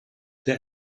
der